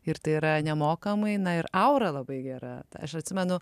ir tai yra nemokamai na ir aura labai gera aš atsimenu